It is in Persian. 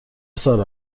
سارا